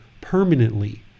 permanently